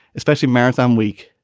especially marathon week.